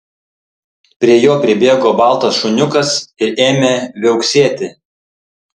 prie jo pribėgo baltas šuniukas ir ėmė viauksėti